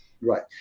Right